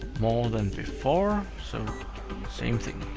more than before, so same thing.